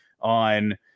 on